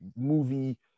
movie